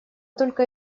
только